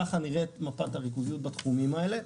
ככה נראית מוטת הריכוזיות בתחומים האלה.